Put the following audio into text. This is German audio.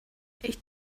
ich